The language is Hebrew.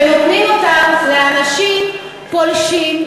ונותנים אותה לאנשים פולשים,